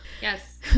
Yes